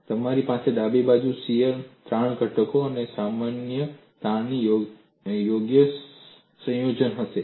અને તમારી પાસે ડાબી બાજુ શીયર તાણ ઘટકો અને સામાન્ય તાણના યોગ્ય સંયોજનો હશે